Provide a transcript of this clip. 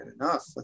enough